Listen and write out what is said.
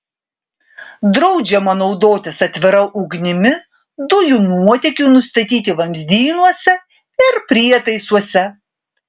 draudžiama naudotis atvira ugnimi dujų nuotėkiui nustatyti vamzdynuose ir prietaisuose